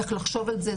צריך לחשוב על זה,